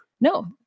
No